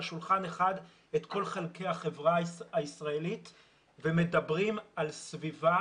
שולחן אחד את כל חלקי החברה הישראלית ומדברים על סביבה,